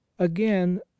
again